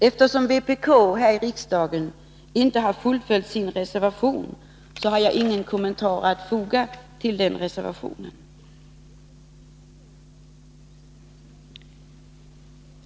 Eftersom vpk här i riksdagen inte har fullföljt sin reservation, har jag ingen kommentar att foga till den reservationen.